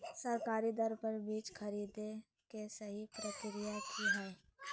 सरकारी दर पर बीज खरीदें के सही प्रक्रिया की हय?